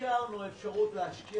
אישרנו אפשרות להשקיע